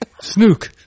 snook